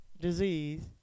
disease